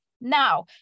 Now